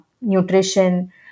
nutrition